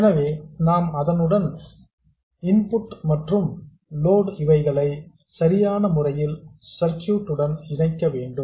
எனவே நாம் அதனுடைய இன்புட் மற்றும் லோட் இவைகளை சரியான முறையில் சர்க்யூட் உடன் இணைக்க வேண்டும்